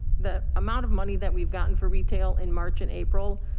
the amount of money that we've gotten for retail in march and april,